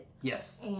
yes